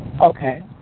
Okay